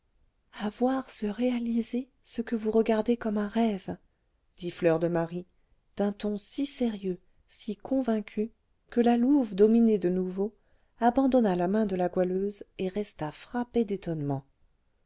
voir se réaliser ce que vous regardez comme un rêve dit fleur de marie d'un ton si sérieux si convaincu que la louve dominée de nouveau abandonna la main de la goualeuse et resta frappée d'étonnement